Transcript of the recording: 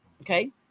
Okay